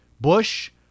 Bush